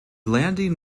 landing